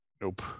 Nope